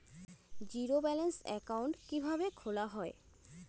Zero balance account কিভাবে খোলা হয়?